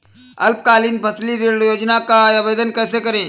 अल्पकालीन फसली ऋण योजना का आवेदन कैसे करें?